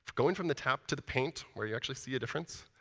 going from the tap to the paint where you actually see a difference,